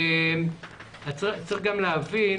צריך גם להבין